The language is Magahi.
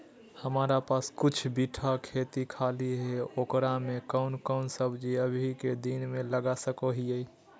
हमारा पास कुछ बिठा खेत खाली है ओकरा में कौन कौन सब्जी अभी के दिन में लगा सको हियय?